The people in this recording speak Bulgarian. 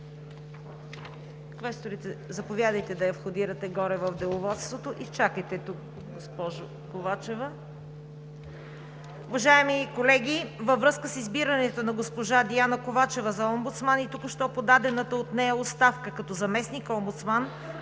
квесторите, заповядайте да я входирате в Деловодството. Изчакайте тук, госпожо Ковачева. Уважаеми колеги, във връзка с избирането на госпожа Диана Ковачева за омбудсман и току-що подадената от нея оставка като заместник-омбудсман,